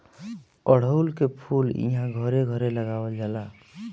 अढ़उल के फूल इहां घरे घरे लगावल जाला